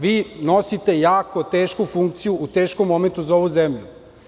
Vi nosite jako tešku funkciju u teškom momentu za ovu zemlju.